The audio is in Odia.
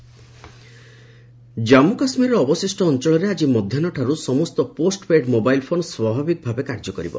ଜେକେ ଫୋନ୍ ସର୍ଭିସ ଜାମ୍ମୁ କାଶ୍ମୀରର ଅବଶିଷ୍ଟ ଅଞ୍ଚଳରେ ଆଜି ମଧ୍ୟାହୁଠାରୁ ସମସ୍ତ ପୋଷ୍ଟପେଡ୍ ମୋବାଇଲ୍ ଫୋନ୍ ସ୍ୱାଭାବିକ ଭାବେ କାର୍ଯ୍ୟ କରିବ